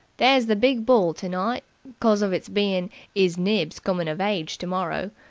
there's the big ball tonight cos of its bein is nibs' comin'-of-age tomorrow.